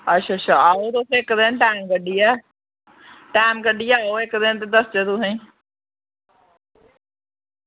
अच्छा अच्छा आयो तुस इक्क दिन टैम कड्ढियै टैम कड्ढियै आयो इक्क दिन ते दस्सचै तुसेंगी